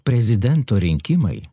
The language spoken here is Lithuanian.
prezidento rinkimai